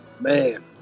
Man